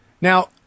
Now